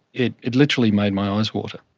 it it literally made my eyes water.